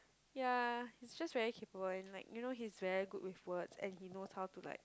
ya he's just very capable like you know he's very good with words and he knows how to like